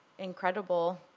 incredible